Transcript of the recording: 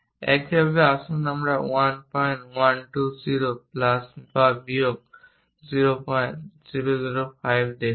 একইভাবে আসুন এই 1120 প্লাস বা বিয়োগ 0005 দেখুন